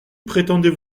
prétendez